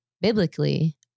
Biblically